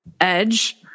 edge